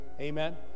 Amen